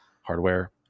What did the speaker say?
hardware